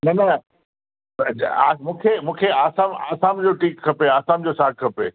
न न मूंखे मूंखे आसाम आसाम जो टीक खपे आसाम जो साॻु खपे